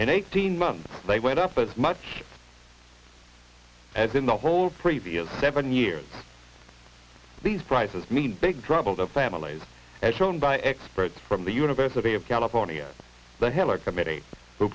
in eighteen months they went up as much as in the whole previous seven years these prices mean big trouble to families as shown by experts from the university of california the hiller committee who